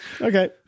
Okay